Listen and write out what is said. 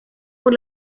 por